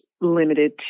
limited